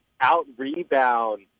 out-rebound